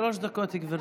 בבקשה, שלוש דקות, גברתי.